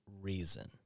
reason